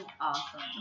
awesome